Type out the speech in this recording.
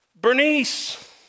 Bernice